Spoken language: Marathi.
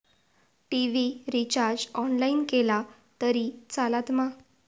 टी.वि रिचार्ज ऑनलाइन केला तरी चलात मा?